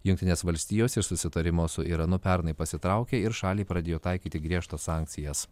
jungtinės valstijos ir susitarimo su iranu pernai pasitraukė ir šaliai pradėjo taikyti griežtas sankcijas